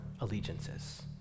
allegiances